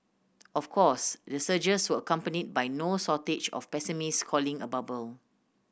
of course the surges were accompanied by no shortage of pessimists calling a bubble